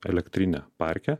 elektrinę parke